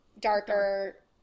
darker